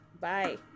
bye